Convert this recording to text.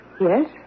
Yes